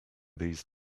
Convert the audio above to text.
these